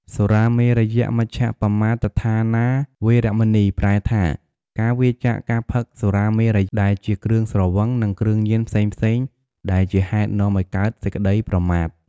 សុរាមេរយមជ្ជប្បមាទដ្ឋានា វេរមណី ប្រែថា ការវៀរចាកការផឹកសុរាមេរ័យ ដែលជា គ្រឿងស្រវឹង និងគ្រឿងញៀនផ្សេងៗ ដែលជាហេតុនាំឲ្យកើតសេចក្តីប្រមាទ។